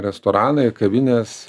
restoranai kavinės